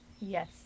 Yes